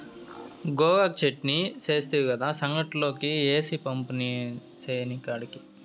గోగాకు చెట్నీ సేస్తివి కదా, సంగట్లోకి ఏసి పంపు సేనికాడికి